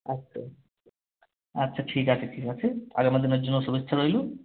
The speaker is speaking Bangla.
আচ্ছা আচ্ছা ঠিক আছে ঠিক আছে আগামী দিনের জন্য শুভেচ্ছা রইলো